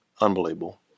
unbelievable